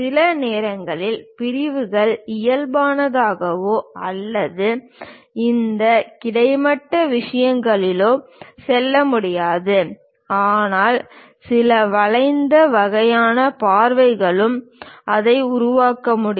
சில நேரங்களில் பிரிவுகள் இயல்பானதாகவோ அல்லது இந்த கிடைமட்ட விஷயங்களிலோ செல்ல முடியாது ஆனால் சில வளைந்த வகையான பார்வைகளும் அதை உருவாக்க முடியும்